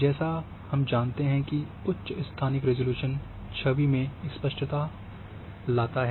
जैसा हम जानते हैं कि उच्च स्थानिक रिज़ॉल्यूशन छवि में स्पष्टता लाता है